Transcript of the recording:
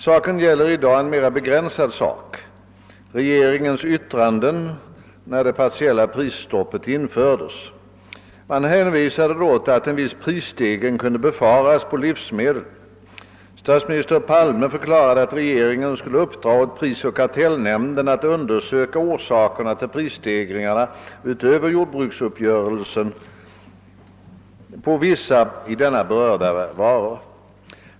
I dag gäller det en mera begränsad sak, nämligen regeringens uttalanden när det partiella prisstoppet infördes. Man hänvisade då till att en viss prisstegring kunde befaras på livsmedel. Statsminister Palme förklarade att regeringen skulle uppdra år prisoch kartellnämnden att undersöka orsakerna till prisstegringarna utöver jordbruksuppgörelsen på vissa i denna uppgörelse berörda varor.